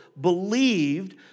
believed